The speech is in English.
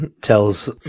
tells